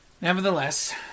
Nevertheless